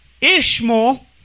Ishmael